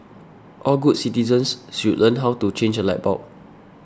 all good citizens should learn how to change a light bulb